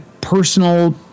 personal